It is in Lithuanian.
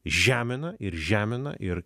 žemina ir žemina ir